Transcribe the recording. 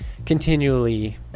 continually